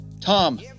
tom